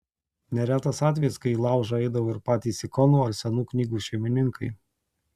neretas atvejis kai į laužą eidavo ir patys ikonų ar senų knygų šeimininkai